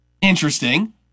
interesting